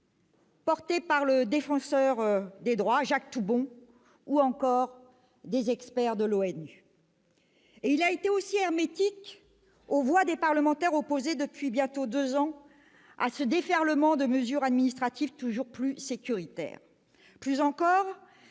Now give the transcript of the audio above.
aussi du Défenseur des droits, Jacques Toubon, ou encore des experts de l'ONU. Il a été également hermétique aux voix des parlementaires opposés depuis bientôt deux ans à ce déferlement de mesures administratives toujours plus sécuritaires. Plus encore,